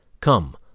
Come